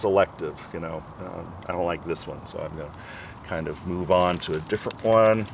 selective you know i don't like this one so i kind of move on to a different one